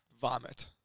vomit